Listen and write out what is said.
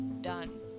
done